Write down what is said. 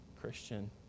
Christian